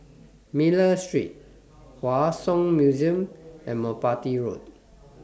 Miller Street Hua Song Museum and Merpati Road